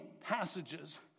passages